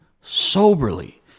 soberly